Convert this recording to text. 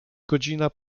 godzina